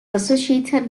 associated